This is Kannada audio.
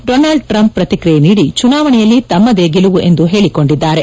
ಡೋನಾಲ್ಡ್ ಟ್ರಂಪ್ ಪ್ರತಿಕ್ರಿಯೆ ನೀಡಿ ಚುನಾವಣೆಯಲ್ಲಿ ತಮ್ನದೇ ಗೆಲುವು ಎಂದು ಹೇಳಿಕೊಂಡಿದ್ದಾರೆ